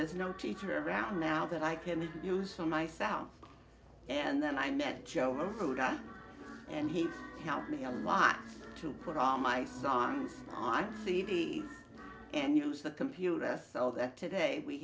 there's no teacher around now that i can use for myself and then i met joe and he helped me a lot to put all my songs on t v and use the computer all that today we